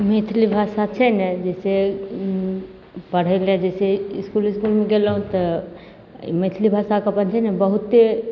मैथिली भाषा छै ने जइसे पढ़ैले जइसे इसकुल विसकुलमे गेलहुँ तऽ मैथिली भाषाके अपन छै ने बहुते